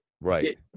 Right